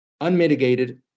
unmitigated